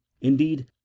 Indeed